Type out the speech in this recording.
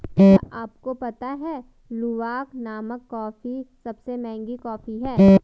क्या आपको पता है लूवाक नामक कॉफ़ी सबसे महंगी कॉफ़ी है?